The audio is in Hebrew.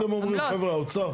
מה אתם אומרים, חבר'ה, האוצר?